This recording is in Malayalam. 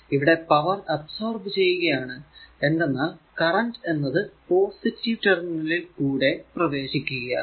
ഇവിടെ പവർ അബ്സോർബ് ചെയ്യുകയാണ് എന്തെന്നാൽ കറന്റ് എന്നത്പോസിറ്റീവ് ടെർമിനലിൽ കൂടെ പ്രവേശിക്കുകയാണ്